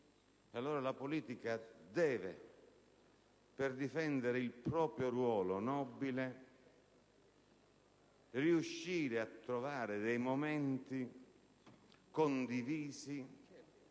allora la politica, per difendere il proprio ruolo nobile, deve riuscire a trovare dei momenti condivisi